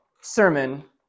sermon